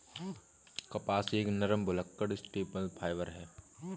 कपास एक नरम, भुलक्कड़ स्टेपल फाइबर है